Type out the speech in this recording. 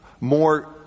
more